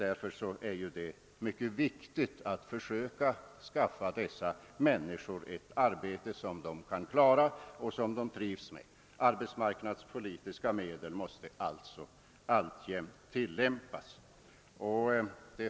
Därför är det mycket viktigt att ge dessa människor ett arbete som de klarar och trivs med. Arbetsmarknadspolitiska medel måste således alltjämt komma till användning.